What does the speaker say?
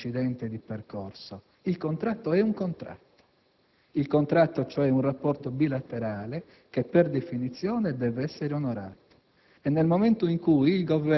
Il contratto non è un incidente di percorso. Il contratto è un contratto: è, cioè, un rapporto bilaterale, che per definizione deve essere onorato.